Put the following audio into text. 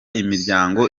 imiryango